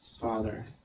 father